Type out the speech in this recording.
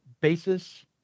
basis